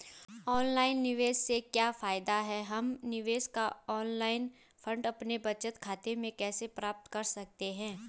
Online निवेश से क्या फायदा है हम निवेश का ऑनलाइन फंड अपने बचत खाते में कैसे प्राप्त कर सकते हैं?